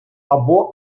або